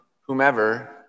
whomever